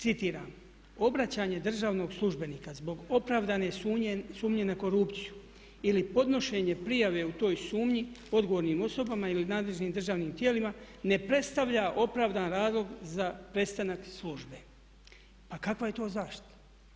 Citiram: „Obraćanje državnog službenika zbog opravdane sumnje na korupciju ili podnošenje prijave u toj sumnji odgovornim osobama ili nadležnim državnim tijelima ne predstavlja opravdan razlog za prestanak službe.“ Pa kakva je to zaštita?